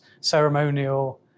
ceremonial